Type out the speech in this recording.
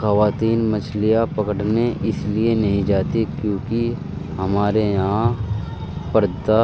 خواتین مچھلیاں پکڑنے اس لیے نہیں جاتی کیونکہ ہمارے یہاں پردہ